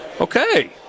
Okay